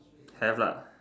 have lah